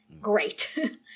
great